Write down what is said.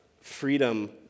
freedom